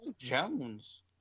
Jones